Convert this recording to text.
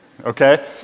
okay